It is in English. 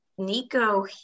Nico